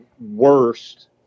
worst